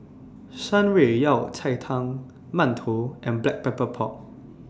Shan Rui Yao Cai Tang mantou and Black Pepper Pork